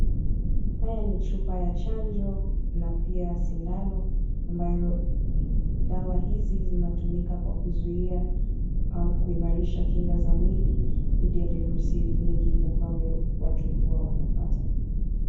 Haya ni chupa ya chanjo na pia sindano ambayo dawa hizi zinatumika kwa kuzuia au kuimarisha kinga za mwili dhidi ya virusi vingi ambavyo watu huwa wanapata.